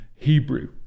Hebrew